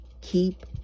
Keep